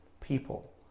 people